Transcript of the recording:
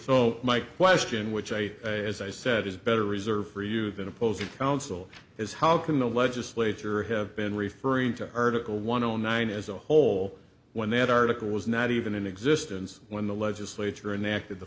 so my question which i as i said is better reserved for you than opposing counsel is how can the legislature have been referring to earlier one o nine as a whole when that article was not even in existence when the legislature and